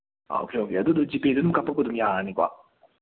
ꯑꯥ okay okay ꯑꯗꯨꯗꯣ ꯖꯤꯄꯦꯗ ꯑꯗꯨꯝ ꯀꯥꯞꯄꯛꯄ ꯑꯗꯨꯝ ꯌꯥꯒꯅꯤꯀꯣ